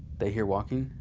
they hear walking,